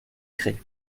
crais